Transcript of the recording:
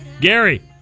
Gary